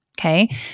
Okay